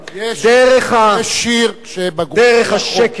דרך השקל,